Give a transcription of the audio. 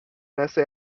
essay